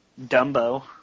Dumbo